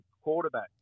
quarterback